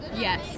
Yes